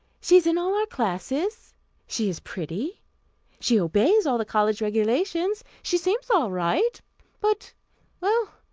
she is in all our classes she is pretty she obeys all the college regulations. she seems all right but well,